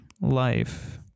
life